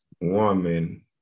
woman